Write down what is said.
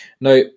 Now